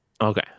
Okay